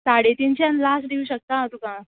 साडे तिनशान लाश्ट दिवं शकता हांव तुका